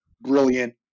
brilliant